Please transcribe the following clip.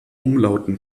umlauten